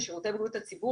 בשירותי בריאות הציבור,